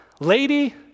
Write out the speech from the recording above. Lady